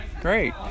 Great